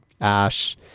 ash